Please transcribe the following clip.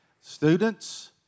Students